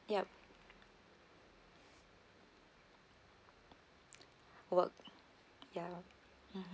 yup work ya